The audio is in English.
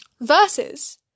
Versus